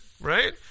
right